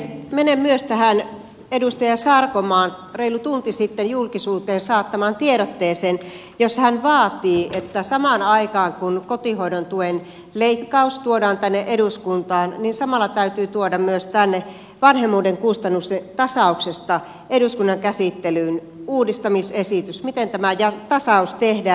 menen myös tähän edustaja sarkomaan reilu tunti sitten julkisuuteen saattamaan tiedotteeseen jossa hän vaatii että samaan aikaan kun kotihoidon tuen leikkaus tuodaan tänne eduskuntaan täytyy tuoda myös vanhemmuuden kustannusten tasauksesta tänne eduskunnan käsittelyyn uudistamisesitys miten tämä tasaus tehdään